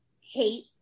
hate